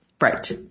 Right